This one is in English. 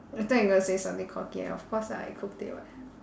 I thought you going to say something cocky of course ah I cooked it [what]